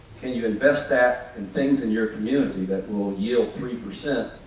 can you invest that in things in your community that will yield three percent?